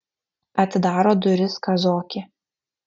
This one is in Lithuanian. atidaro duris kazokė